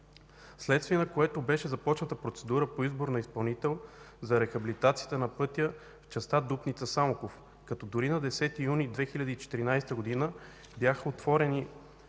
вследствие на което беше започната процедура по избор на изпълнител за рехабилитацията на пътя в частта Дупница – Самоков, като дори на 10 юни 2014 г. бяха отворени